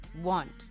want